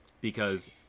because-